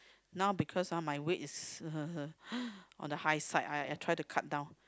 now because uh my weight is on the high side I I try to cut down